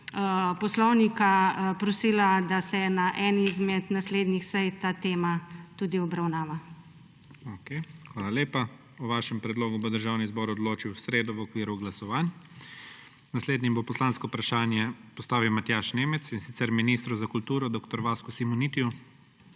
poslovnika prosila, da se na eni izmed naslednjih sej tudi ta tema obravnava. **PREDSEDNIK IGOR ZORČIČ:** Hvala lepa. O vašem predlogu bo Državni zbor odločil v sredo v okviru glasovanj. Naslednji bo poslansko vprašanje postavil Matjaž Nemec, in sicer ministru za kulturo dr. Vasku Simonitiju.